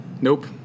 Nope